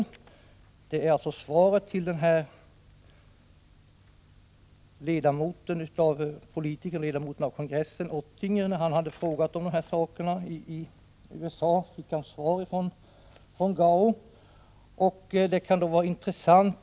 Denna rapport utgör ett svar till ledamoten i USA:s kongress, Ottinger, som frågat om dessa saker. Ett citat från den rapporten kanske kan vara av intresse.